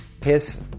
piss